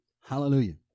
Hallelujah